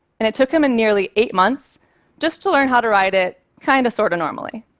and it took him and nearly eight months just to learn how to ride it kind of, sort of normally.